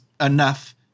enough